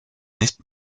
nicht